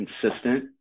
consistent